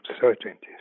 certainties